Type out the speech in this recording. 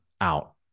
out